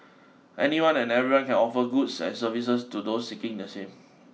anyone and everyone can offer goods and services to those seeking the same